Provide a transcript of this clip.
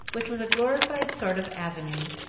which was a glorified sort of avenue,